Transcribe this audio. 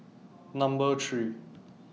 Number three